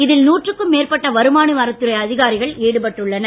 இதில் நூற்றுக்கும் மேற்பட்ட வருமான வரித் துறை அதிகாரிகள் ஈடுபட்டுள்ளனர்